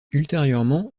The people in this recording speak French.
ultérieurement